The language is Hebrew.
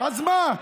אז מה?